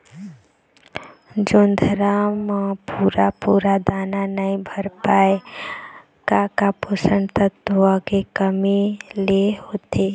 जोंधरा म पूरा पूरा दाना नई भर पाए का का पोषक तत्व के कमी मे होथे?